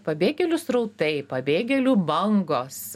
pabėgėlių srautai pabėgėlių bangos